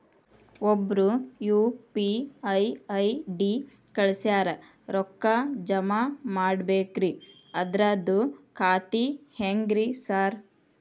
ಒಬ್ರು UPI ID ಕಳ್ಸ್ಯಾರ ರೊಕ್ಕಾ ಜಮಾ ಮಾಡ್ಬೇಕ್ರಿ ಅದ್ರದು ಖಾತ್ರಿ ಹೆಂಗ್ರಿ ಸಾರ್?